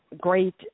Great